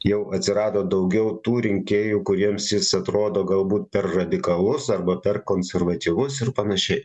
jau atsirado daugiau tų rinkėjų kuriems jis atrodo galbūt per radikalus arba per konservatyvus ir panašiai